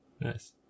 Nice